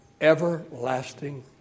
everlasting